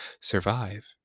survive